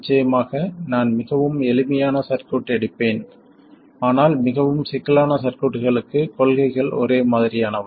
நிச்சயமாக நான் மிகவும் எளிமையான சர்க்யூட் எடுப்பேன் ஆனால் மிகவும் சிக்கலான சர்க்யூட்களுக்கு கொள்கைகள் ஒரே மாதிரியானவை